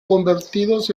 convertidos